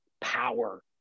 power